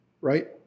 right